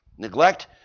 Neglect